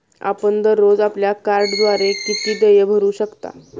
आपण दररोज आपल्या कार्डद्वारे किती देय भरू शकता?